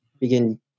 begin